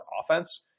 offense